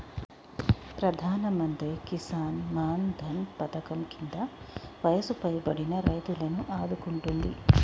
ప్రధానమంత్రి కిసాన్ మాన్ ధన్ పధకం కింద వయసు పైబడిన రైతులను ఆదుకుంటుంది